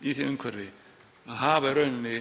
í því umhverfi að hafa í rauninni